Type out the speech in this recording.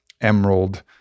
emerald